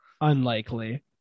unlikely